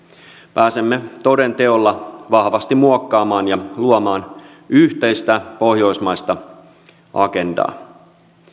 pääsemme toden teolla vahvasti muokkaamaan ja luomaan yhteistä pohjoismaista agendaa